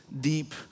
deep